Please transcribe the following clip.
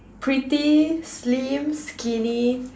pretty slim skinny